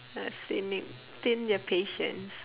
must they maintain their patience